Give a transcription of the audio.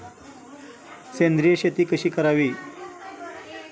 सेंद्रिय शेती कशी करावी?